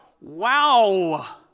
Wow